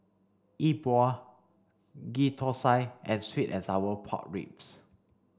Yi Bua Ghee Thosai and sweet and sour pork ribs